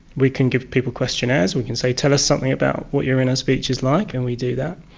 we can give people questionnaires, we can say tell us something about what your inner speech is like, and we do that.